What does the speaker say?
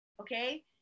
Okay